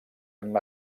hem